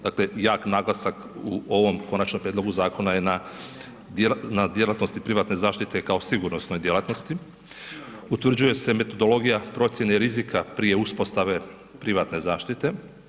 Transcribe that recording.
Dakle, jak naglasak u ovom konačnom prijedlogu zakona je na djelatnosti privatne zaštite kao sigurnosnoj djelatnosti, utvrđuje se metodologija procjene rizika prije uspostave privatne zaštite.